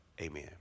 Amen